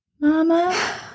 Mama